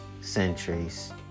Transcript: centuries